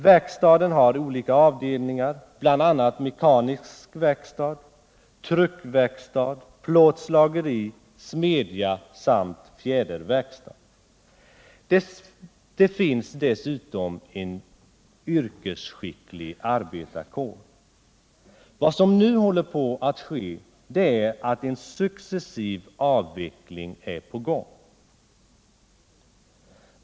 Verkstaden har olika avdelningar, bl.a. mekanisk verkstad, truckverkstad, plåtslageri, smedja samt fjäderverkstad. Det finns dessutom en yrkesskicklig arbetarkår. Vad som nu håller på att ske är en successiv avveckling.